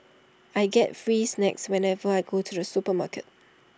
I get free snacks whenever I go to the supermarket